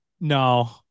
no